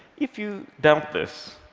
if you doubt this,